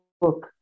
book